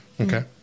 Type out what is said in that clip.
Okay